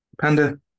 Panda